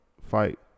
fight